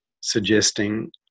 suggesting